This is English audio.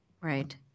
right